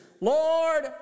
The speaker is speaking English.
Lord